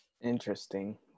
interesting